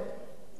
כמעט 1%,